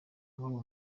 iwabo